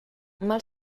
mal